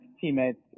teammates